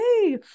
hey